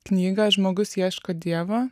knygą žmogus ieško dievo